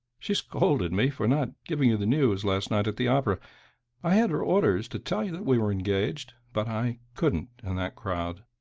she scolded me for not giving you the news last night at the opera i had her orders to tell you that we were engaged but i couldn't, in that crowd.